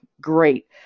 great